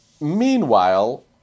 Meanwhile